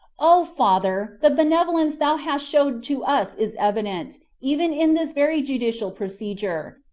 o father, the benevolence thou hast showed to us is evident, even in this very judicial procedure,